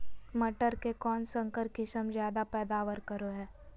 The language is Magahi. मटर के कौन संकर किस्म जायदा पैदावार करो है?